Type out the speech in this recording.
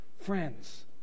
Friends